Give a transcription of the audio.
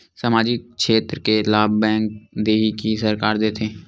सामाजिक क्षेत्र के लाभ बैंक देही कि सरकार देथे?